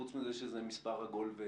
חוץ מזה שזה מספר עגול.